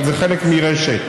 אבל זה חלק מרשת.